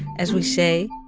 as we say